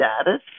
status